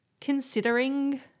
considering